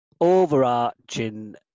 overarching